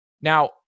Now